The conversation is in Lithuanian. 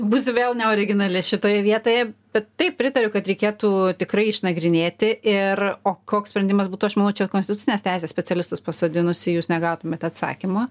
būsiu vėl neoriginali šitoje vietoje bet taip pritariu kad reikėtų tikrai išnagrinėti ir o koks sprendimas būtų aš čia konstitucinės teisės specialistus pasodinusi jūs negautumėt atsakymo